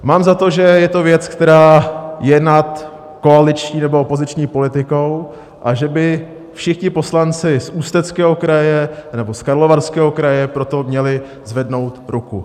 Mám za to, že to je věc, která je nad koaliční nebo opoziční politikou, a že by všichni poslanci z Ústeckého kraje nebo z Karlovarského kraje pro to měli zvednout ruku.